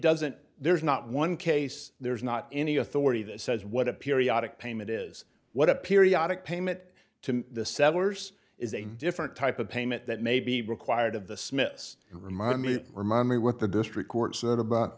doesn't there's not one case there's not any authority that says what a periodic payment is what a periodic payment to the settlers is a different type of payment that may be required of the smiths and remind me remember what the district court said about